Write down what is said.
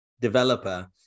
developer